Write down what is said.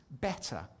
better